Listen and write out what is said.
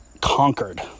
Conquered